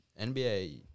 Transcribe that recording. NBA